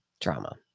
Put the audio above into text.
drama